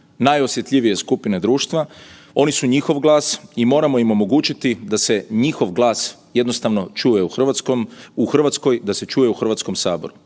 najosjetljivije skupine društva, oni su njihov glas i moramo im omogućiti da se njihov glas jednostavno čuje u Hrvatskoj, da se čuje u Hrvatskom saboru.